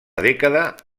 dècada